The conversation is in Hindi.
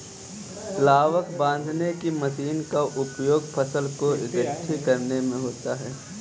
लावक बांधने की मशीन का उपयोग फसल को एकठी करने में होता है